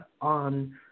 on